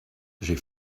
j’ai